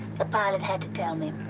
the pilot had to tell me.